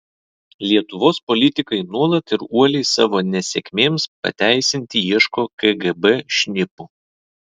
lietuvos politikai nuolat ir uoliai savo nesėkmėms pateisinti ieško kgb šnipų